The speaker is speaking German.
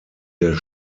der